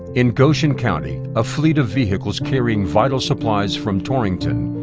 in goshen county, a fleet of vehicles carrying vital supplies from torrington,